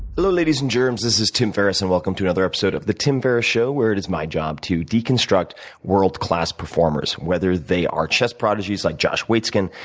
hello ladies and germs. this is tim ferriss and welcome to another episode of the tim ferriss show where it is my job to deconstruct world class performers, whether they are chess prodigies like josh waitzkin,